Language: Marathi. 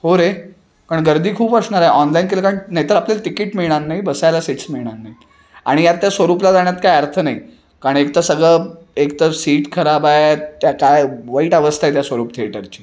हो रे कारण गर्दी खूप असणार आहे ऑनलाईन केले कारण नाहीतर आपल्याला तिकीट मिळणार नाही बसायला सीट्स मिळणार नाही आहेत आणि यात त्या स्वरूपला जाण्यात काही अर्थ नाही कारण एकतर सगळं एकतर सीट खराब आहेत त्या काय वाईट अवस्था आहे त्या स्वरूप थेटरची